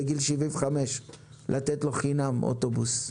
בגיל 75 לתת לו אוטובוס בחינם.